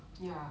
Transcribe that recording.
ya